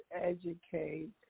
educate